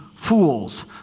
Fools